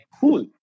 cool